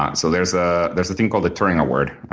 ah so there's ah there's a thing called the turing award,